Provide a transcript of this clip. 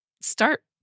start